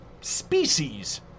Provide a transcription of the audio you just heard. Species